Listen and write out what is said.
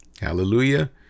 hallelujah